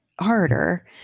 harder